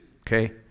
okay